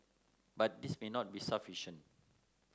but this may not be sufficient